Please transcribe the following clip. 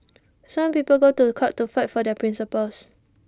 some people go to court to fight for their principles